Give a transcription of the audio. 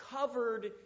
covered